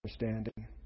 understanding